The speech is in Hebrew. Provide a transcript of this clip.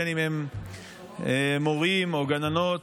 בין שהם מורים או גננות,